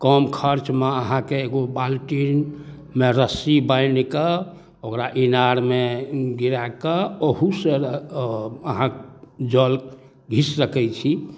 कम खर्चमे अहाँके एगो बाल्टीनमे रस्सी बान्हिकऽ ओकरा इनारमे गिराकऽ ओहूसँ अहाँ जल घीच सकै छी